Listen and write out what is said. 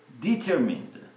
determined